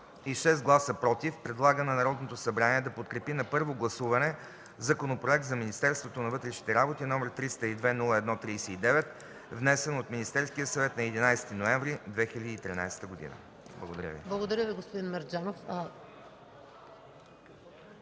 и 6 гласа „против” предлага на Народното събрание да подкрепи на първо гласуване Законопроект за Министерството на вътрешните работи, № 302-01-39, внесен от Министерския съвет на 11 ноември 2013 г.” Благодаря.